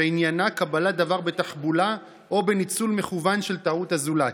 שעניינה קבלת דבר בתחבולה או בניצול מכוון של טעות הזולת.